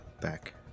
back